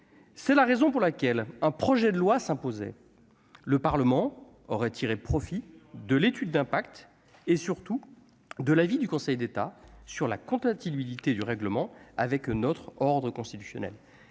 C'est la raison pour laquelle un projet de loi s'imposer le Parlement aurait tiré profit de l'étude d'impact et, surtout, de l'avis du Conseil d'État sur la compatibilité du règlement avec notre ordre constitutionnel